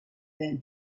than